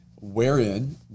wherein